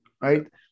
Right